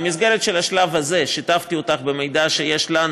במסגרת השלב הזה שיתפתי אותך במידע שיש לנו